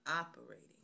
operating